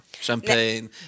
Champagne